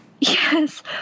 Yes